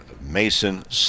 Mason